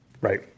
Right